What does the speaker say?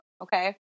okay